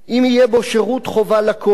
אם יהיה בו שירות חובה לכול,